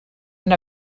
and